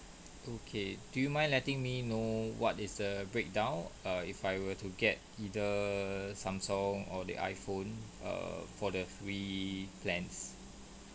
okay do you mind letting me know what is the breakdown err if I were to get either samsung or the iphone err for the three plans